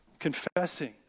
confessing